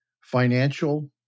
financial